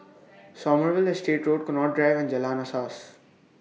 Sommerville Estate Road Connaught Drive and Jalan Asas